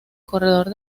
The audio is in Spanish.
corredor